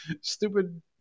stupid